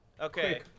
Okay